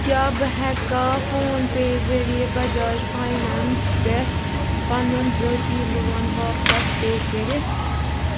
کیٛاہ بہٕ ہٮ۪کھا فون پے ذٔریعہٕ بجاج فاینانٛس پٮ۪ٹھ پَنُن ذٲتی لون واپس پے کٔرِتھ